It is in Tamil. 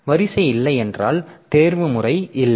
வரிசை இல்லை என்றால் தேர்வுமுறை இல்லை